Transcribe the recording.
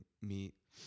meet